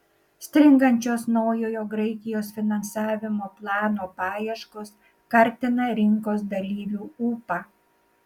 stringančios naujojo graikijos finansavimo plano paieškos kartina rinkos dalyvių ūpą